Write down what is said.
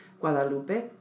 Guadalupe